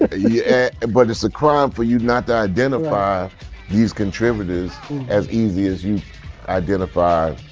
ah yeah but it's a crime for you not to identify these contributors as easy as you identified,